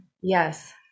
Yes